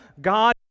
God